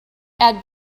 add